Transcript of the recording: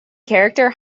character